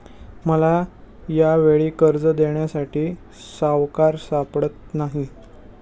मला यावेळी कर्ज देण्यासाठी सावकार सापडत नाही